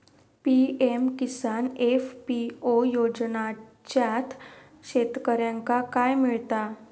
PM Kisan FPO योजनाच्यात शेतकऱ्यांका काय मिळता?